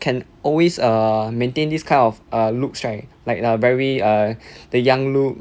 can always err maintain this kind of err looks right like err very err the young looks